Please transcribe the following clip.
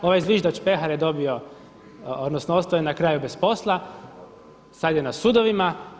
Ovaj zviždač Pehar je dobio, odnosno ostao je na kraju bez posla, sad je na sudovima.